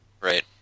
Right